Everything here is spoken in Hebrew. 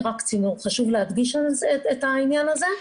רק צינור וחשוב להדגיש את העניין הזה.